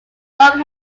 dog